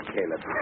Caleb